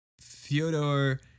Fyodor